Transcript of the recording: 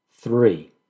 Three